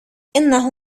إنه